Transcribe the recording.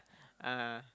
(uh huh)